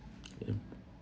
ya